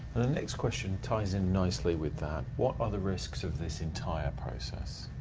next question ties in nicely with that. what are the risks of this entire process?